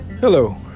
hello